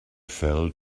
fell